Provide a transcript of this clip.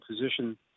position